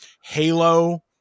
Halo